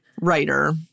writer